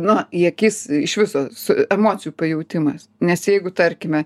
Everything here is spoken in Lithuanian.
na į akis iš viso su emocijų pajautimas nes jeigu tarkime